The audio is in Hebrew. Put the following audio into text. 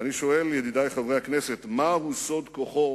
ואני שואל, ידידי חברי הכנסת, מהו סוד כוחו